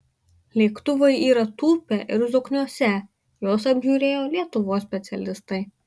lėktuvai yra tūpę ir zokniuose juos apžiūrėjo lietuvos specialistai